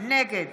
נגד